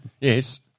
Yes